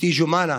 בתי ג'ומאנה